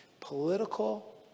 political